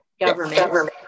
government